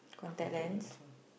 contact lens